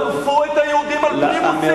שרפו את היהודים על הפרימוסים.